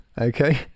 Okay